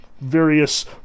various